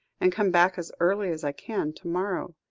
and come back as early as i can to-morrow.